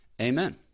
Amen